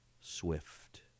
Swift